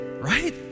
Right